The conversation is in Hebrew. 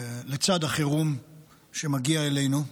לצד החירום שמגיע אלינו,